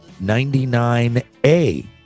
99A